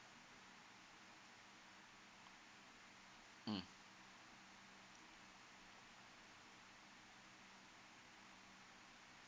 mm